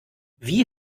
wie